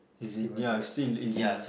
as in yeah still as in